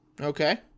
Okay